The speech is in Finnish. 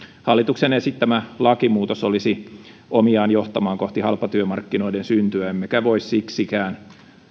hallituksen esittämä lakimuutos olisi omiaan johtamaan kohti halpatyömarkkinoiden syntyä emmekä voi siksikään